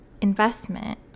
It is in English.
investment